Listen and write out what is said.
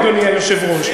אדוני היושב-ראש,